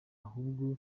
ahubwo